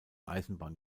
eisenbahn